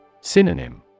Synonym